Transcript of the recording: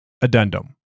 Addendum